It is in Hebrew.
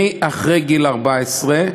אחרי גיל 14,